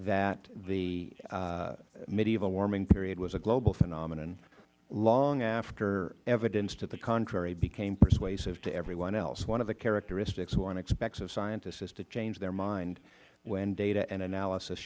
that the medieval warming period was a global phenomenon long after evidence to the contrary became persuasive to everyone else one of the characteristics one expects of scientists is to change their mind when data and analysis